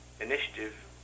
initiative